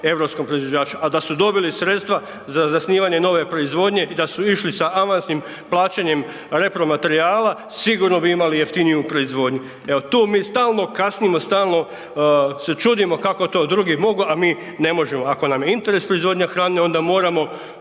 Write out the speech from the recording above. europskom proizvođaču, a da su dobili sredstva za zasnivanje nove proizvodnje i da su išli sa avansnim plaćanjem repromaterijala, sigurno bi imali jeftiniju proizvodnju, evo tu mi stalno kasnimo, stalno se čudimo kako to drugi mogu, a mi ne možemo. Ako nam je interes proizvodnja hrane, onda moramo